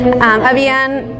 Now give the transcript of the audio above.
Habían